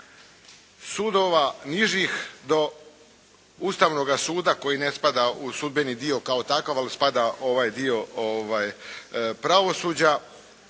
sudova nižih do Ustavnoga suda koji ne spada u sudbeni dio kao takav, ali spada u ovaj dio pravosuđa,